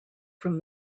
from